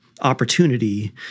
opportunity